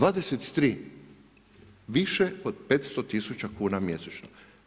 23 više od 500 tisuća kuna mjesečno.